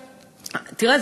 תראה,